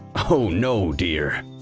oh no, dear.